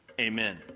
Amen